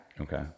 Okay